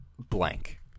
Blank